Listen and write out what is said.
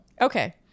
okay